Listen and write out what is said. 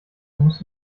musst